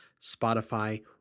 Spotify